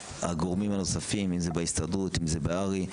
שהגורמים הנוספים, אם זה ההסתדרות, הר"י,